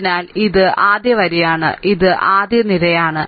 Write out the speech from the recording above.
അതിനാൽ ഇത് ആദ്യ വരിയാണ് ഇത് ആദ്യ നിരയാണ്